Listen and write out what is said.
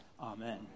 Amen